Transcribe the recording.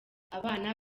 abana